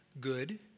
Good